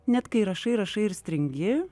net kai rašai rašai ir stringi